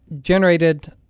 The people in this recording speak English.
generated